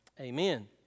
amen